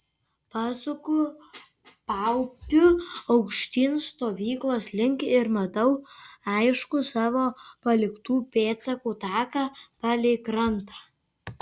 pasuku paupiu aukštyn stovyklos link ir matau aiškų savo paliktų pėdsakų taką palei krantą